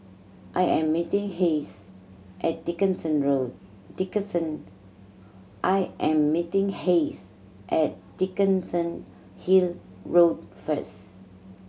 I am meeting Hayes at Dickenson Road Dickenson I am meeting Hayes at Dickenson Hill Road first